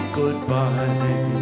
goodbye